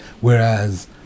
Whereas